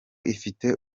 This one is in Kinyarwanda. ifite